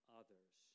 others